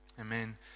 Amen